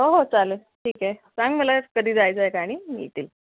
हो हो चालेल ठीक आहे सांग मला कधी जायचंय टायमिंग मी येते